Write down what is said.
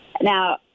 Now